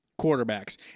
quarterbacks